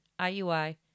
IUI